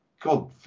God